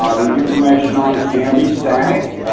ah the information on it can be static.